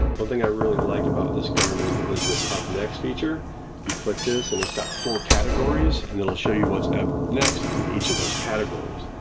one thing i really like about this garmin is this up next feature. if you click this and it's got four categories and it'll show you what's up next in each of those categories.